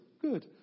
good